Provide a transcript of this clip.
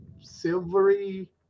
silvery